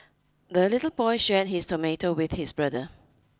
the little boy shared his tomato with his brother